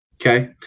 Okay